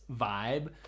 vibe